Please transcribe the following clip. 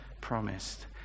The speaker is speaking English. promised